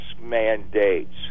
mandates